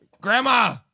Grandma